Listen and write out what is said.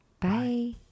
Bye